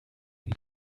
ihm